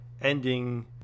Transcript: ending